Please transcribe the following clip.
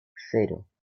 cero